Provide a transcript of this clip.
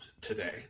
today